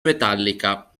metallica